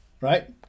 Right